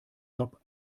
job